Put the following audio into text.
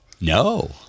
no